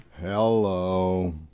Hello